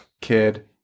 kid